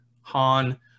Han